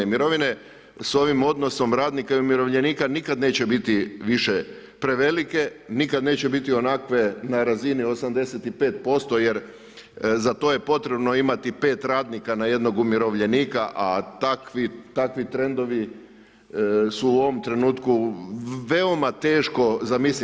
Mirovine sa ovim odnosom radnika i umirovljenika nikad neće biti više prevelike, nikad neće biti onakve na razini 85%, jer za to je potrebno imati 5 radnika na jednog umirovljenika a takvi trendovi su u ovom trenutku veoma teško zamislivi.